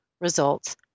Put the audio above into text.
results